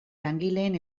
langileen